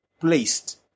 placed